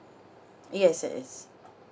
yes yes